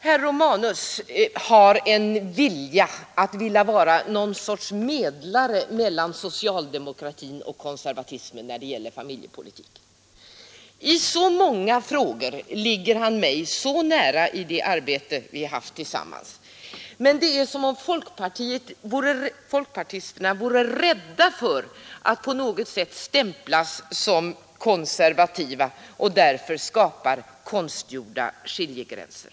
Herr Romanus har en vilja att vara någon sorts medlare mellan socialdemokratin och konservatismen när det gäller familjepolitiken. I många frågor ligger han mig nära i det arbete vi haft tillsammans, men det är som om folkpartisterna vore rädda för att på något sätt stämplas som konservativa och därför skapar konstgjorda skiljegränser.